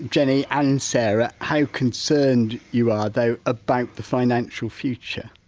jenny and sarah, how concerned you are though about the financial future?